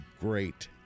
great